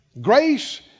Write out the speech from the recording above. Grace